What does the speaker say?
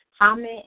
comment